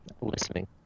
listening